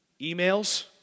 Emails